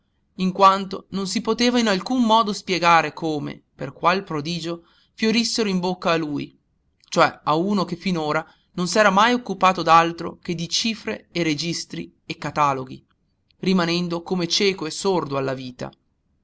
in quanto non si poteva in alcun modo spiegare come per qual prodigio fiorissero in bocca a lui cioè a uno che finora non s'era mai occupato d'altro che di cifre e registri e cataloghi rimanendo come cieco e sordo alla vita